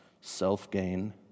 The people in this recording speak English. Self-gain